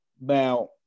Now